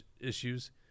issues